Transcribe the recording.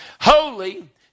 holy